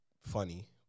funny